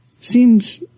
seems